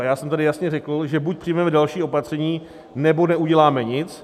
Já jsem tady jasně řekl, že buď přijmeme další opatření, nebo neuděláme nic.